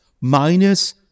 minus